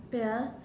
wait ah